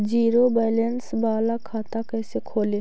Zero balance बाला खाता कैसे खोले?